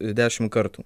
dešimt kartų